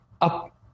Up